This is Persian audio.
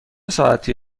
ساعتی